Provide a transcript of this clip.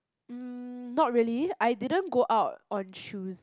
mm not really I didn't go out on Tues~